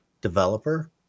developer